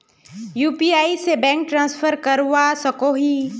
UPI से bank transfer करवा सकोहो ही?